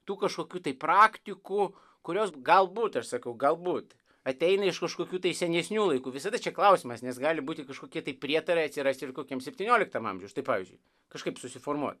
tų kažkokių tai praktikų kurios galbūt aš sakau galbūt ateina iš kažkokių tai senesnių laikų visada čia klausimas nes gali būti kažkokie tai prietarai atsiras ir kokiam septynioliktam amžiuj štai pavyzdžiui kažkaip susiformuoja